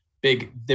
big